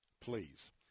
please